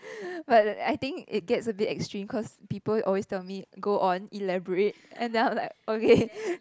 but I think it gets a bit extreme cause people always tell me go on elaborate and then I'm like okay